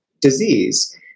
disease